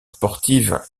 sportive